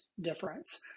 difference